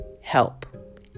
help